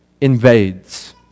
invades